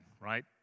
right